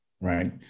Right